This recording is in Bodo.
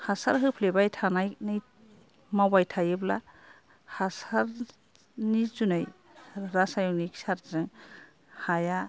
हासार होफ्लेबाय थानाय मावबाय थायोब्ला हासारनि जुनै रासायनिक सारजों हाया